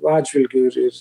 atžvilgiu ir ir